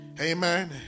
Amen